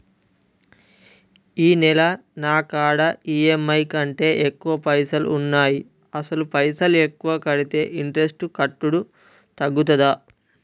ఈ నెల నా కాడా ఈ.ఎమ్.ఐ కంటే ఎక్కువ పైసల్ ఉన్నాయి అసలు పైసల్ ఎక్కువ కడితే ఇంట్రెస్ట్ కట్టుడు తగ్గుతదా?